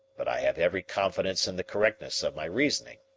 but i have every confidence in the correctness of my reasoning.